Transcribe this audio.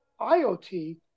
IoT